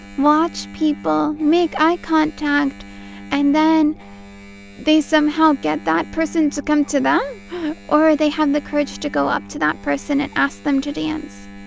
watch people, make eye contact and then they somehow get that person to come to them or they have the courage to go up to that person and ask them to dance.